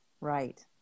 Right